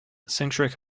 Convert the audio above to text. centric